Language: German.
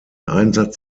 einsatz